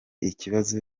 ikibazo